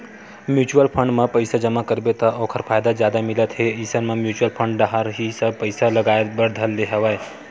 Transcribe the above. mutual fund म पइसा जमा करबे त ओखर फायदा जादा मिलत हे इसन म म्युचुअल फंड डाहर ही सब पइसा लगाय बर धर ले हवया